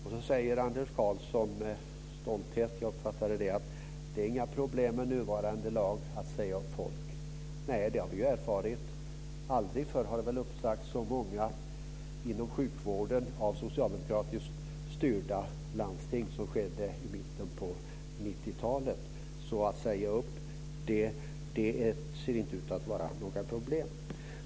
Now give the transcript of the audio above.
Anders Karlsson säger med stolthet - så uppfattade jag det - att det inte är några problem med nuvarande lag att säga upp folk. Nej, det har vi ju erfarit. Aldrig förr har väl så många sagts upp inom sjukvården av socialdemokratiskt styrda landsting som skedde i mitten på 90-talet. Att säga upp ser alltså inte ut att vara några problem.